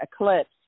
eclipse